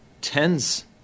tens